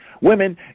Women